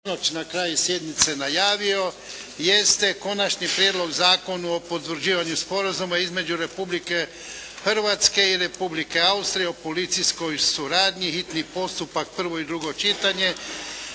na kraju sjednice najavio jeste - Prijedlog zakona o potvrđivanju Sporazuma između Republike Hrvatske i Republike Austrije o policijskoj suradnji, s Konačnim prijedlogom zakona,